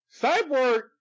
Cyborg